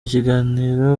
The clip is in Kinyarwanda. kiganiro